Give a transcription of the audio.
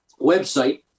website